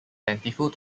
plentiful